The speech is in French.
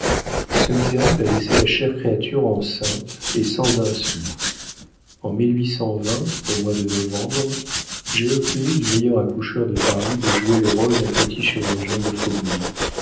ce misérable a laissé la chère créature enceinte et sans un sou en au mois de novembre j'ai obtenu du meilleur accoucheur de paris de jouer le rôle d'un petit chirurgien de faubourg